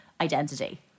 identity